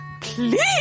Please